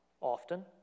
often